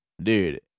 dude